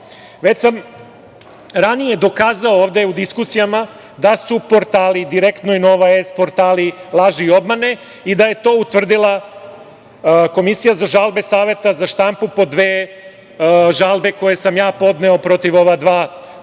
sam ranije dokazao ovde u diskusijama da su portali "Direktno" i "Nova S" portali laži i obmane i da je to utvrdila Komisija za žalbe Saveta za štampu po dve žalbe koje sam ja podneo protiv ova dva portala,